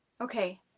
okay